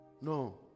No